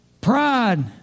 Pride